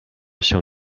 się